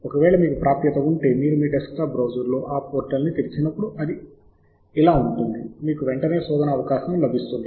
ఒకవేళ మీకు ప్రాప్యత లేకపోతే మరియు మీరు ఈ పోర్టల్ను తెరవాలనుకుంటే అప్పుడు మీరు ఈ స్క్రీన్ ను చూస్తారు